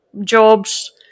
jobs